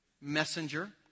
Messenger